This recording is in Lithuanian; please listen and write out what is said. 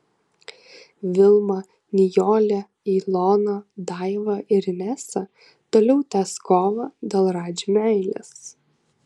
vilma nijolė ilona daiva ir inesa toliau tęs kovą dėl radži meilės